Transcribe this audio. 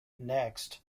next